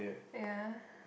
ya